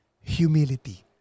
Humility